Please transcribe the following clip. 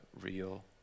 real